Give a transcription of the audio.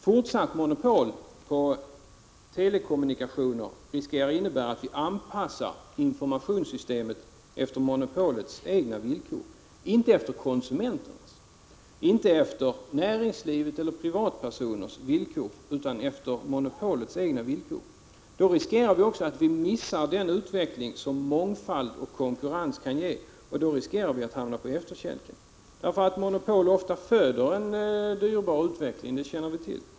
Fortsatt monopol på telekommunikationer riskerar att innebära att informationssystemet anpassas efter monopolets egna villkor och inte efter konsumentens eller näringslivets villkor. Det finns risk för att man därmed missar den utveckling som mångfald och konkurrens kan ge och att man därmed hamnar på efterkälken. Monopol föder ofta en dyrbar utveckling, vilket vi känner till.